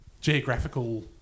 geographical